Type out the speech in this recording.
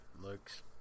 looks